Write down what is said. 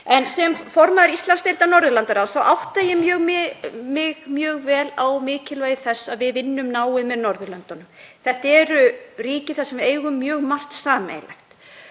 Sem formaður Íslandsdeildar Norðurlandaráðs átta ég mig mjög vel á mikilvægi þess að við vinnum náið með Norðurlöndum. Þetta eru ríki sem við eigum mjög margt sameiginleg